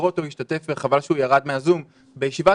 גרוטו השתתף וחבל שהוא ירד מהזום בישיבת